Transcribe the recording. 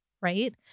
right